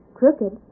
crooked